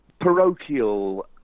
parochial